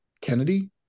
kennedy